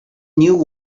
knew